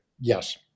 Yes